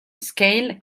scale